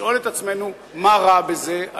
לשאול את עצמנו מה רע בזה.